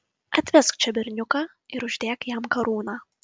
atvesk čia berniuką ir uždėk jam karūną